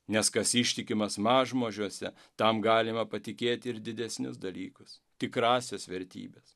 nes kas ištikimas mažmožiuose tam galima patikėti ir didesnius dalykus tikrąsias vertybes